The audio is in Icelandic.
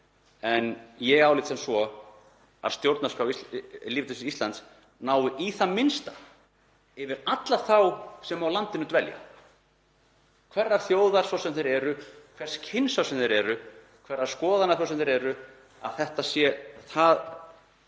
en ég álít sem svo að stjórnarskrá lýðveldisins Íslands nái í það minnsta yfir alla þá sem á landinu dvelja, hverrar þjóðar sem þeir eru, hvers kyns sem þeir eru, hverra skoðana sem þeir eru, að þetta sé það